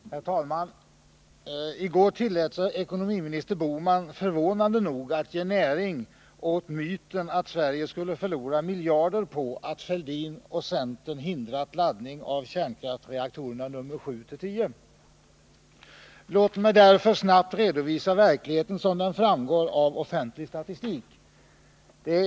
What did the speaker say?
Herr talman! I går tillät sig ekonomiminister Gösta Bohman förvånande nog att ge näring åt myten, att Sverige skulle förlora miljarder på att Thorbjörn Fälldin och centern hindrat laddning av kärnkraftsreaktorerna 7-10. Låt mig därför snabbt redovisa verkligheten sådan den framgår av offentlig statistik.